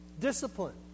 Discipline